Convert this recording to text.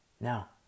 Now